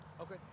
Okay